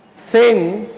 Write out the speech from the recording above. thing.